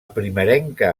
primerenca